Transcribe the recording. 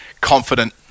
confident